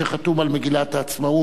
שחתום על מגילת העצמאות.